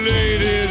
Lady